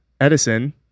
Edison